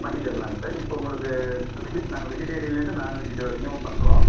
பண்ணி தர்லாங்க சார் இப்போது உங்களுக்கு வெஜிட் நாங்க வெஜிடேரியனிலேந்து நாண் வெஜிடேரியன் வரையும் பண்ணுறோம்